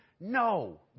No